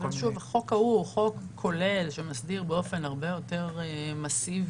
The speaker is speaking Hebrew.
החוק ההוא הוא חוק כולל שמסדיר באופן הרבה יותר מסיבי